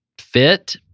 fit